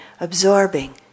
absorbing